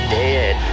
dead